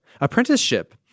Apprenticeship